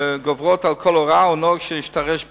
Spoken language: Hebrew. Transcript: גוברות על כל הוראה או נוהג שהשתרש בעניין,